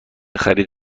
خرید